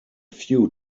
few